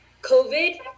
COVID